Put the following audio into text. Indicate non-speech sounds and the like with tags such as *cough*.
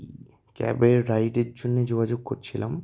*unintelligible* ক্যাবের রাইডের জন্য যোগাযোগ করছিলাম